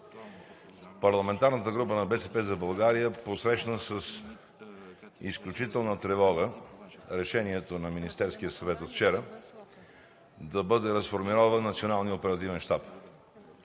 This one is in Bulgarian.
Парламентарната група на „БСП за България“ посрещна с изключителна тревога решението на Министерския съвет от вчера да бъде разформирован Националният оперативен щаб.